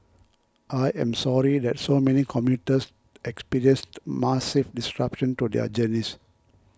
I am sorry that so many commuters experienced massive disruptions to their journeys